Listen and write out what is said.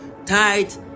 tight